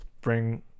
bring